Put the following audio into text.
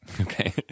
Okay